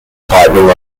tightening